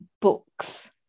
books